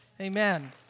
Amen